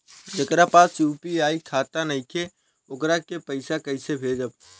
जेकरा पास यू.पी.आई खाता नाईखे वोकरा के पईसा कईसे भेजब?